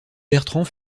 bertrand